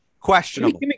Questionable